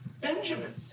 Benjamin